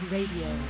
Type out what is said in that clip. Radio